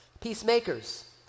peacemakers